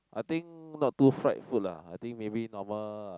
I think not too fried food lah I think maybe normal uh